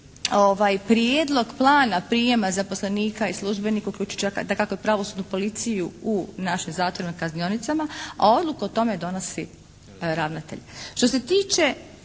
prijedlog plana prijema zaposlenika i službenika uključujući dakako i pravosudnu policiju u našim zatvorima i kaznionicama, a odluku o tome donosi ravnatelj.